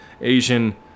Asian